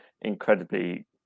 incredibly